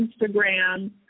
Instagram